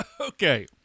Okay